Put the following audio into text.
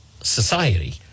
society